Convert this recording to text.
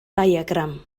diagram